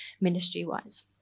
ministry-wise